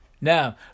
Now